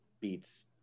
beats